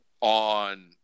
on